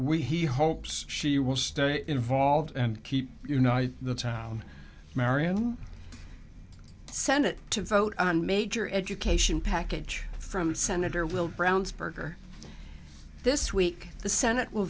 we he hopes she will stay involved and keep you know the town merriam senate to vote on major education package from senator will brownsburg or this week the senate will